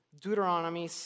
Deuteronomy